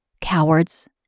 cowards